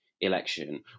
election